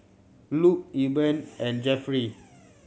Luke Eben and Jeffry